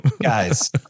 Guys